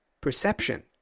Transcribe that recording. perception